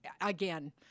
again